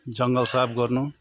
जङ्गल साफ गर्नु